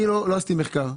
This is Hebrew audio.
אני לא עשיתי מחקר,